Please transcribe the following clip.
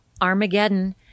Armageddon